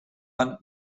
man